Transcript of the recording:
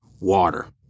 water